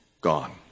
gone